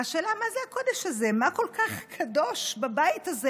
והשאלה מה זה הקודש הזה, מה כל כך קדוש בבית הזה.